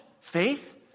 faith